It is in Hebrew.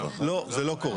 לא, זה לא קורה.